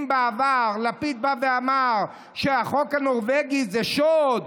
אם בעבר לפיד בא ואמר שהחוק הנורבגי זה שוד,